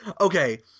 Okay